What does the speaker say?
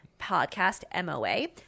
Podcastmoa